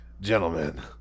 Gentlemen